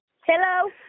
hello